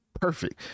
perfect